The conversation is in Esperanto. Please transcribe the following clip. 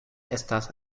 estas